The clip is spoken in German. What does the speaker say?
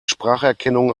spracherkennung